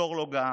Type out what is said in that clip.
שור לא געה,